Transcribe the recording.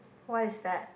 why is that